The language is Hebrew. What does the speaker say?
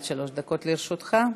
צריך לחלץ אותם.